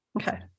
okay